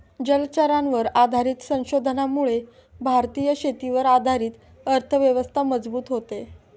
जलचरांवर आधारित संशोधनामुळे भारतीय शेतीवर आधारित अर्थव्यवस्था मजबूत होते